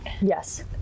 yes